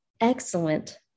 excellent